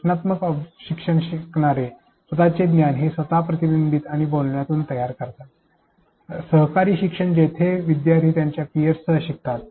रचनात्मक शिक्षण शिकणारे स्वतचे ज्ञान हे स्वतचे प्रतिबिंबीत आणि बोलण्यातून तयार करतात सहकारी शिक्षण जिथे विद्यार्थी त्यांच्या पियर्ससह शिकतात